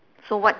so what